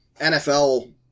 NFL